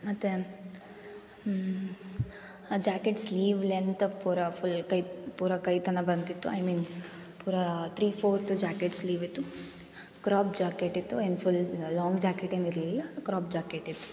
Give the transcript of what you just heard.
ಮತ್ತು ಆ jacket sleeve length ಪೂರ ಫುಲ್ ಕೈ ಪೂರ ಕೈತನಕ ಬಂದಿತ್ತು ಐ ಮೀನ್ ಪೂರ ತ್ರಿ ಫೋರ್ತ್ ಜಾಕೆಟ್ ಸ್ಲೀವ್ ಇತ್ತು ಕ್ರಾಪ್ ಜಾಕೆಟ್ ಇತ್ತು ಆ್ಯಂಡ್ ಫುಲ್ ಲಾಂಗ್ ಜಾಕೆಟ್ ಏನಿರಲಿಲ್ಲ ಕ್ರಾಪ್ ಜಾಕೆಟ್ ಇತ್ತು